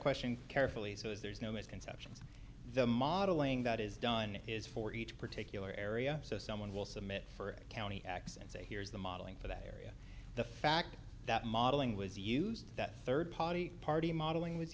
question carefully so as there's no misconception the modeling that is done is for each particular area so someone will submit for county x and say here's the modeling for that area the fact that modeling was used that third party party modeling w